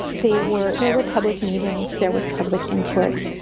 they were there were public meetings. there was public input.